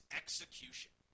execution